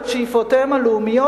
את שאיפותיהם הלאומיות,